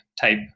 type